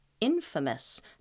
infamous